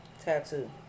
Tattoo